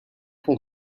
vond